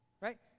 right